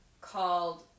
called